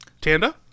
Tanda